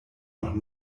noch